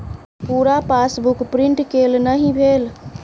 पूरा passbook print केल नहि भेल